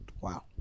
Wow